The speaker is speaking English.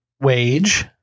wage